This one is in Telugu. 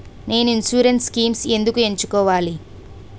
నేను ఇన్సురెన్స్ స్కీమ్స్ ఎందుకు ఎంచుకోవాలి?